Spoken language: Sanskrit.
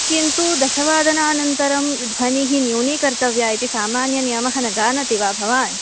किन्तु दशवादनानन्तरं ध्वनिः न्यूनीकर्तव्या इति सामान्यनियमः न जानाति वा भवान्